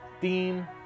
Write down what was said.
theme